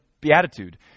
beatitude